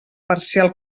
parcial